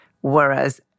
Whereas